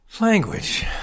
Language